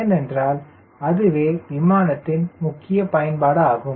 ஏனென்றால் அதுவே விமானத்தின் முக்கிய பயன்பாடு ஆகும்